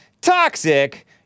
Toxic